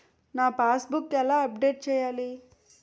నా passbook ఎలా update చేయాలి?